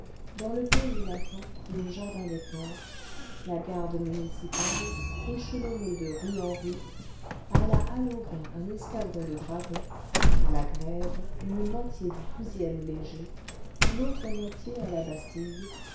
dans le pays latin et au jardin des plantes la garde municipale échelonnée de rue en rue à la halle aux vins un escadron de dragons à la grève une moitié du ème léger l'autre moitié à la bastille